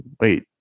wait